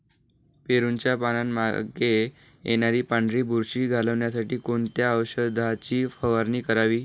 पेरूच्या पानांमागे येणारी पांढरी बुरशी घालवण्यासाठी कोणत्या औषधाची फवारणी करावी?